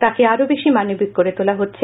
তাকে আরও বেশি মানবিক করে তোলা হচ্ছে